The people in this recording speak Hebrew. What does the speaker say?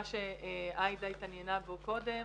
מה שעאידה התעניינה בו קודם,